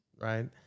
Right